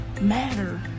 matter